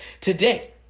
Today